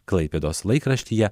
klaipėdos laikraštyje